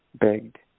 begged